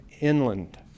inland